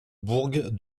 burg